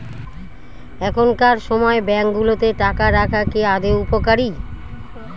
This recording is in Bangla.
এখনকার সময় ব্যাঙ্কগুলোতে টাকা রাখা কি আদৌ উপকারী?